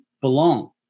belong